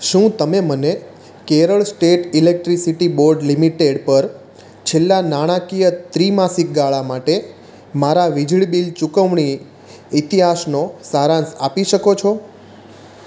શું તમે મને Kerala state electricity board limited પર છેલ્લા નાણાકીય ત્રિમાસિક ગાળા માટે મારા વીજળી બિલ ચુકવણી ઇતિહાસનો સારાંશ આપી શકો છો